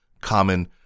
common